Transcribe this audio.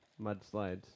Mudslides